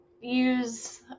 use